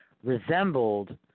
resembled